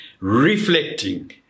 reflecting